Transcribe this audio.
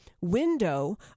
window